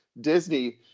Disney